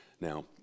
Now